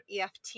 eft